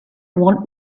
want